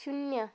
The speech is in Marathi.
शून्य